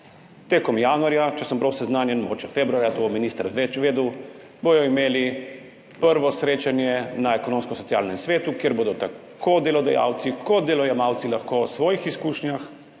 Januarja, če sem prav seznanjen, mogoče februarja, to bo minister več vedel, bodo imeli prvo srečanje na Ekonomsko-socialnem svetu, kjer bodo tako delodajalci kot delojemalci lahko o svojih izkušnjah